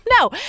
No